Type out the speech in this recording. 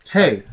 Hey